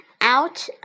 out